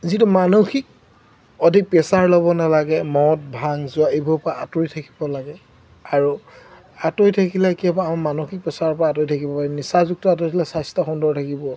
যিটো মানসিক অধিক প্ৰেছাৰ ল'ব নালাগে মদ ভাং যোৱা এইবোৰৰপৰা আঁতৰি থাকিব লাগে আৰু আঁতৰি থাকিলে কি হ'ব আমাৰ মানসিক প্ৰেছাৰৰপৰা আঁতৰি থাকিব পাৰিম নিচাযুক্তৰপৰা আঁতৰি থাকিলে স্বাস্থ্য সুন্দৰ থাকিব